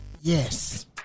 Yes